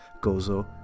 Gozo